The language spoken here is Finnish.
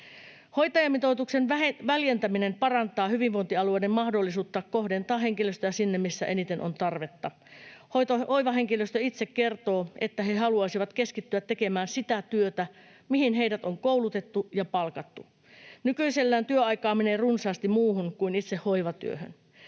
Hoitajamitoituksen väljentäminen parantaa hyvinvointialueiden mahdollisuutta kohdentaa henkilöstöä sinne, missä eniten on tarvetta. Hoivahenkilöstö itse kertoo, että he haluaisivat keskittyä tekemään sitä työtä, mihin heidät on koulutettu ja palkattu. Nykyisellään työaikaa menee runsaasti muuhun kuin itse hoivatyöhön.